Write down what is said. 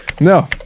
No